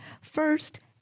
First